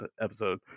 episode